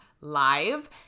live